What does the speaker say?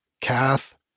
Kath